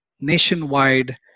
nationwide